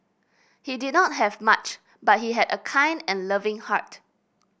he did not have much but he had a kind and loving heart